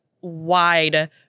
wide